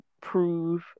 prove